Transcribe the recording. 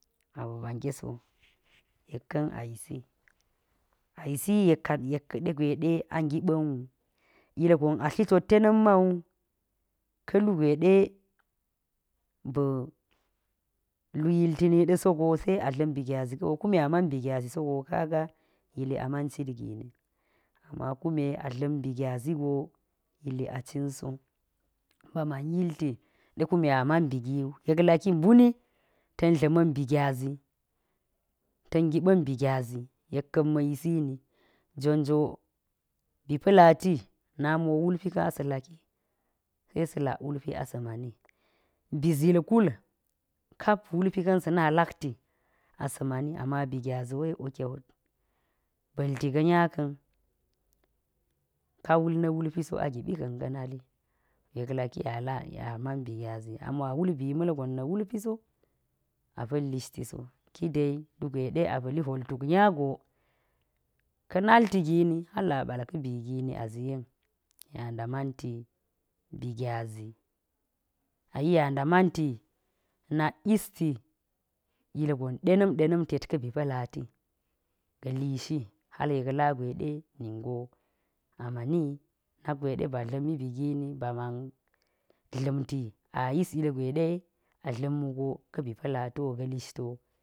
A ba̱ ba nge so, yek ka̱n a yisi, yisi yekka, yek ɗe gwe ɗe a ngiɓa̱n wu, ilgon a tli tot ten na̱n ma wu. ka̱ lu gwe ɗe ba̱ lu yilti ni ɗi so go se a dla̱m bi nyazi ka̱ wu, kume ɗe a man bi gyazi so go, kaga ili a man cit gi ni. Ama kume a dla̱m bi gyazi go ili a cin so, ba man yilti ɗe kume a man bi gi wu. Yek laki mbuni ta̱a̱n dla̱ma̱n bi nyazi, ta̱a̱n ngiɓa̱n bi gyazi, yek ka̱m ma̱a̱ yisi ni, jon jo. bi pa̱lati, nami wo wulpi ka̱n a sa̱a̱ laki, se sa̱a̱ lak wulpi a sa̱a̱ mani. bi zil kul kap wulpi ka̱n a sa̱a̱ laki a sa̱a̱ mani, ama bi gyazi wo yek wo kewu, ba̱lti ga̱ nya ka̱n, ka wul na̱ wulpi so a giɓi ka̱n ka̱ nali, yek laki yala, ya man bi gyazi, ami wo a wul bi ma̱lgon na̱ wulpi so, a pa̱l lishti so, ki dai lu gwe ɗe a pa̱li hwotuk nya go, ka̱ nalti gini hal a ɓal ka̱ bii gini, a zi yen, ya nda manti bi gyazi, ai‘i ya nda manti nak yisti ilgon ɗena̱m ɗena̱m tet ka̱ bi pa̱lati, ga̱ lishi, hal yek la gwe ɗe ningo, a maniyi. na̱k gwe ɗe ba dla̱mi bi gini, ba man dla̱mti, a yis ilgwe ɗe a dla̱m wu go, ka̱ bi pa̱lati wo. listi wo.